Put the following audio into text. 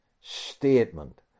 statement